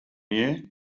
year